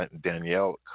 Danielle